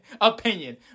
opinion